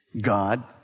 God